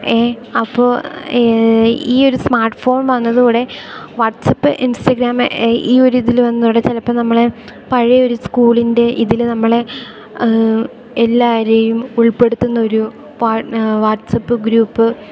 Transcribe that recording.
ഏഹ് അപ്പോൾ ഈ ഒരു സ്മാർട്ട് ഫോൺ വന്നതോടെ വാട്സാപ്പ് ഇൻസ്റ്റാഗ്രാമ് ഈ ഒരിതിൽ വന്നതോടെ ചിലപ്പോൾ നമ്മളെ പഴയൊരു സ്കൂളിൻ്റെ ഇതിൽ നമ്മളെ എല്ലാവരേയും ഉൾപ്പെടുത്തുന്ന ഒരു വാട്സആപ്പ് ഗ്രൂപ്പ്